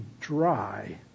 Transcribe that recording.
dry